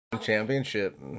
championship